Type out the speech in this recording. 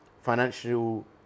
financial